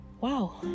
wow